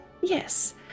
yes